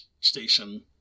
station